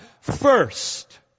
first